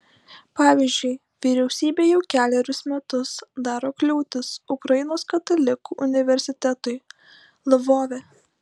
pavyzdžiui vyriausybė jau kelerius metus daro kliūtis ukrainos katalikų universitetui lvove